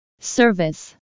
service